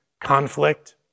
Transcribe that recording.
conflict